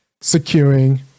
securing